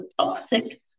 toxic